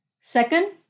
Second